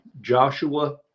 Joshua